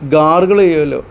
gargle ചെയ്യോലോ